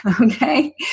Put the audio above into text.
Okay